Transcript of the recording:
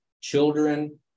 children